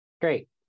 Great